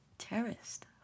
terrorist